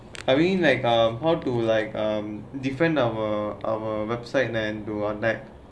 I mean like um how to like um defend our our website and do our neck